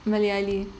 malayali